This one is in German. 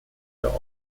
der